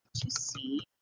to see